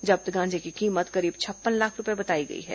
जब्त गांजे की कीमत करीब छप्पन लाख रूपये बताई गई है